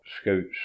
scouts